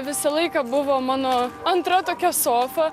visą laiką buvo mano antra tokia sofa